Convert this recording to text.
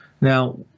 Now